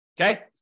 Okay